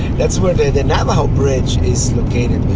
that's where the navajo bridge is located,